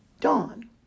dawn